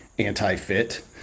anti-fit